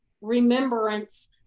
remembrance